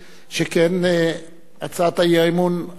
שכן הצעת האי-אמון הראשונה,